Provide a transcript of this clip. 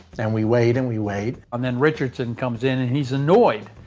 and we wait and we wait and then richardson comes in and he's annoyed.